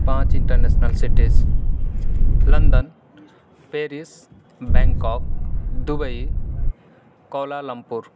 پانچ international cities London Paris Bangkok Dubai Kuala Lumpur